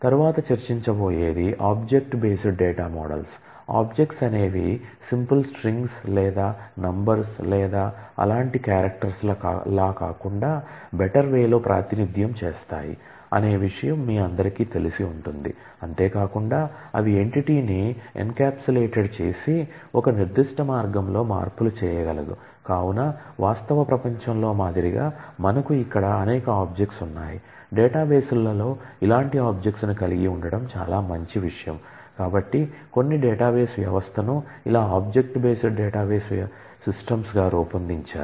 తర్వాత చర్చించబోయేది object based data models గా రూపొందించారు